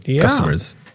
customers